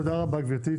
תודה רבה גברתי.